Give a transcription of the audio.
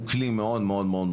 הוא דבר מאוד מסוכן.